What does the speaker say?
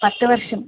പത്ത് വർഷം